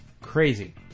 Crazy